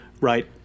Right